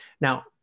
Now